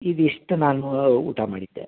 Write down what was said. ಇದಿಷ್ಟು ನಾನು ಊಟ ಮಾಡಿದ್ದೆ